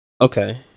Okay